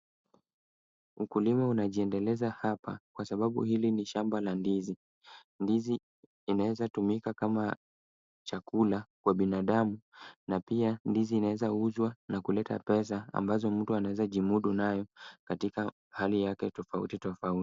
Ukulima unajiendeleza hapa, kwa sababu hili ni shamba la ndizi. Ndizi inawezatumika kama chakula kwa binadamu na pia, ndizi inaweza uzwa na kuleta pesa, ambazo mtu anaweza kujimudu nazo, katika hali yake tofauti tofauti.